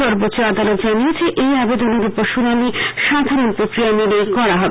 সর্বোষ্চ আদালত জানিয়েছে এই আবেদন এর উপর শুনানি সাধারণ প্রক্রিয়া মেনেই করা হবে